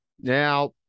Now